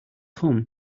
come